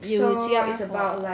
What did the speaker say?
有加什么